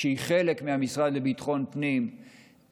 שהיא חלק מהמשרד לביטחון הפנים,